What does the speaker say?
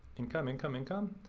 income, income, income,